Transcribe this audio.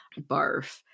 Barf